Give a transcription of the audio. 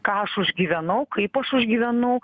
ką aš užgyvenau kaip aš užgyvenau